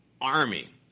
army